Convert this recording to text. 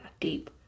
deep